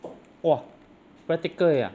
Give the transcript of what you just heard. !wah! practical ya